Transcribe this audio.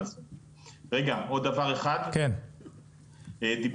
דיברו פה על העדיפות שנותנים למי שיש כסף.